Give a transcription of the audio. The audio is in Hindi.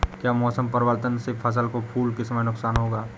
क्या मौसम परिवर्तन से फसल को फूल के समय नुकसान होगा?